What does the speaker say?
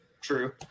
True